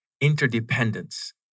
interdependence